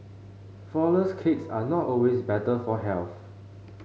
flourless cakes are not always better for health